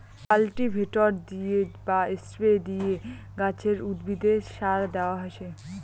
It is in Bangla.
কাল্টিভেটর দিয়ে বা স্প্রে দিয়ে গাছে, উদ্ভিদে সার দেয়া হসে